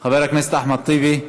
חבר הכנסת אחמד טיבי,